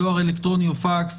דואר אלקטרוני או פקס,